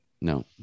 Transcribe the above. no